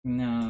no